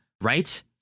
right